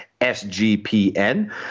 SGPN